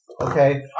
Okay